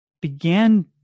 began